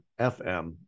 fm